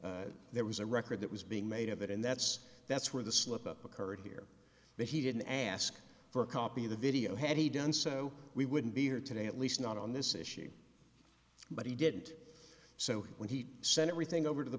building there was a record that was being made of it and that's that's where the slip up occurred here but he didn't ask for a copy of the video had he done so we wouldn't be here today at least not on this issue but he didn't so when he sent everything over to the